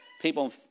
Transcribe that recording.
people